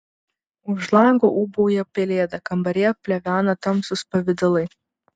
už lango ūbauja pelėda kambaryje plevena tamsūs pavidalai